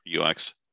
UX